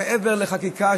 מעבר לחקיקה,